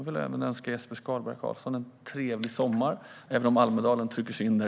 Jag önskar Jesper Skalberg Karlsson en trevlig sommar - även om Almedalen trycker sig in där.